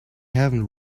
haven’t